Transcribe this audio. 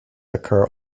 occur